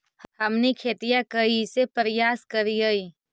हमनी खेतीया कइसे परियास करियय?